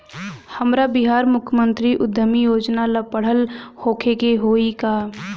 हमरा बिहार मुख्यमंत्री उद्यमी योजना ला पढ़ल होखे के होई का?